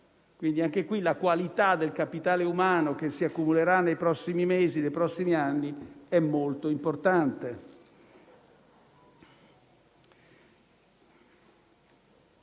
Quindi, la qualità del capitale umano che si accumulerà nei prossimi mesi e anni è molto importante.